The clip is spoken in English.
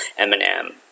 Eminem